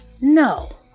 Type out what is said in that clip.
No